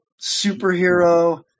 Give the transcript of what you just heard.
superhero